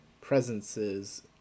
presences